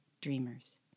Dreamers